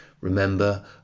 remember